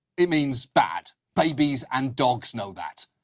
it means bad. babies and dogs know that.